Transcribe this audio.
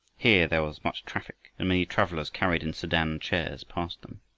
here there was much traffic, and many travelers carried in sedan-chairs passed them.